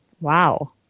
Wow